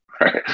right